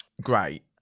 Great